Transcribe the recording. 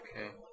Okay